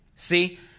See